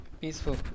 peaceful